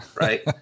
Right